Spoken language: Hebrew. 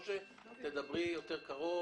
אני מבקש שתדברי קרוב יותר למיקרופון,